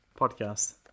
podcast